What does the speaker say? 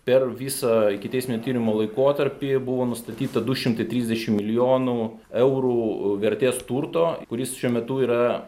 per visą ikiteisminio tyrimo laikotarpį buvo nustatyta du šimtai trisdešim milijonų eurų vertės turto kuris šiuo metu yra